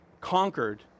conquered